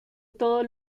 todos